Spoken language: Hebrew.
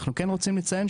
אנחנו כן רוצים לציין,